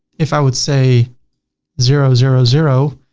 if i would say zero, zero, zero,